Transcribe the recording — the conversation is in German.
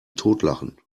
totlachen